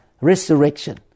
resurrection